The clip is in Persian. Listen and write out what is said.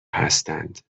هستند